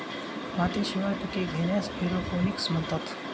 मातीशिवाय पिके घेण्यास एरोपोनिक्स म्हणतात